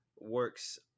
works